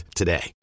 today